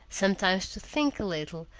sometimes to think a little,